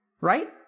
right